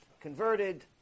Converted